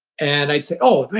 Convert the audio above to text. and i'd say, oh, man,